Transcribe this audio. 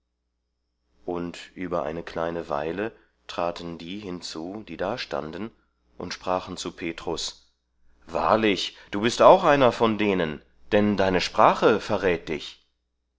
und über eine kleine weile traten die hinzu die dastanden und sprachen zu petrus wahrlich du bist auch einer von denen denn deine sprache verrät dich